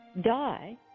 die